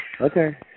Okay